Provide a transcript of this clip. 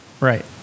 right